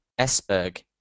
Esberg